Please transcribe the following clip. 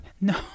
No